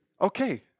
Okay